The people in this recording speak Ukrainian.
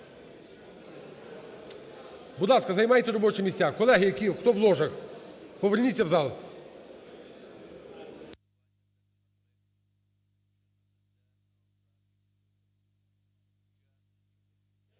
Будь ласка, займайте робочі місця. Колеги, хто в ложах, поверніться в зал.